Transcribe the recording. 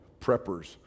preppers